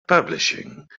publishing